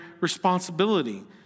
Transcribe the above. responsibility